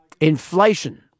Inflation